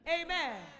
Amen